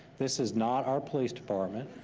this is not our police department.